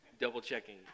double-checking